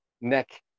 neck